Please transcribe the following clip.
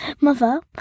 mother